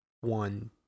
one